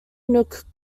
nook